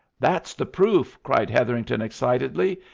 that's the proof cried hetherington, excitedly.